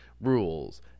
rules